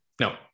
No